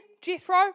Jethro